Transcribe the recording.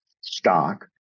stock